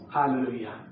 Hallelujah